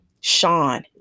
Sean